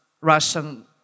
Russian